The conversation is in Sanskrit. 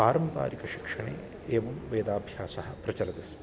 पारम्पारिकशिक्षणे एवं वेदाभ्यासः प्रचलति स्म